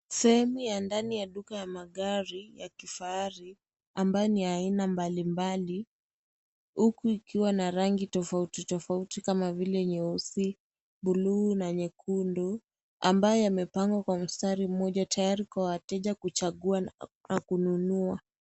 Sehemu ya ndani ya duka ya magari ya kifahari, ambayo ni ya aina mbalimbali huku ikiwa na rangi tofauti tofauti. kama vile nyeusi, buluu, na nyekundu ambayo yamepangwa kwa mstari moja tayari kwa wateja kuchagua na kununua.